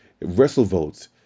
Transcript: WrestleVotes